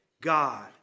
God